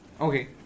Okay